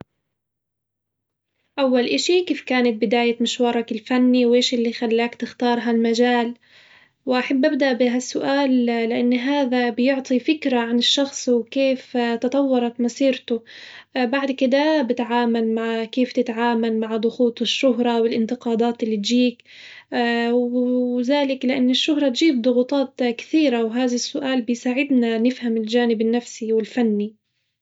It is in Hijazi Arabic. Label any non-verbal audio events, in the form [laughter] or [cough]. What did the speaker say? أول إشي كيف كانت بداية مشوارك الفني؟ وإيش اللي خلاك تختار هالمجال؟ وأحب أبدأ بها السؤال لإن هذا بيعطي فكرة عن الشخص وكيف تطورت مسيرته، [hesitation] بعد كدة بتعامل مع كيف تتعامل مع ضغوط الشهرة والانتقادات اللي بتجيك؟ [hesitation] وذلك لإن الشهرة تجيب ضغوطات كثيرة، وهذا السؤال بيساعدنا نفهم الجانب النفسي والفني.